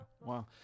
Wow